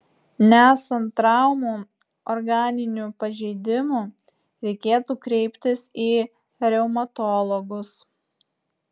nesant traumų organinių pažeidimų reikėtų kreiptis į reumatologus